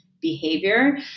behavior